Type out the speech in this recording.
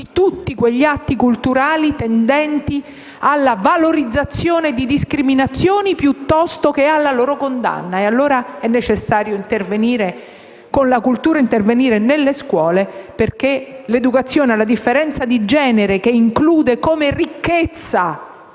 tutti quegli atti culturali tendenti alla valorizzazione delle discriminazioni piuttosto che alla loro condanna. È necessario, quindi, intervenire con la cultura nella scuole, affinché l'educazione alla differenza di genere, che include come ricchezza